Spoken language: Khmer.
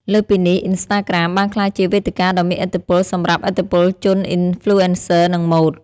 លើសពីនេះ អ៊ីនស្តាក្រាម បានក្លាយជា វេទិកាដ៏មានឥទ្ធិពលសម្រាប់ឥទ្ធិពលជន អ៊ីនហ្លូអេនសឺ និងម៉ូដ។